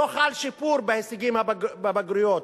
לא חל שיפור בהישגים בבגרויות.